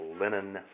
linen